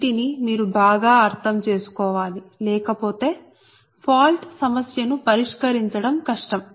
వీటిని మీరు బాగా అర్థం చేసుకోవాలి లేకపోతే ఫాల్ట్ సమస్యను పరిష్కరించడం కష్టం